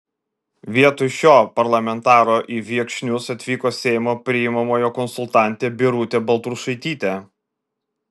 vietoj šio parlamentaro į viekšnius atvyko seimo priimamojo konsultantė birutė baltrušaitytė